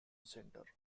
centre